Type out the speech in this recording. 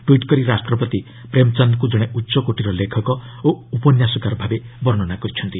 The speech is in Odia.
ଟ୍ୱିଟ୍ କରି ରାଷ୍ଟ୍ରପତି ପ୍ରେମ୍ଚାନ୍ଦଙ୍କୁ ଜଣେ ଉଚ୍ଚକୋଟୀର ଲେଖକ ଓ ଉପନ୍ୟାସକାର ଭାବେ ବର୍ଣ୍ଣନା କରିଛନ୍ତି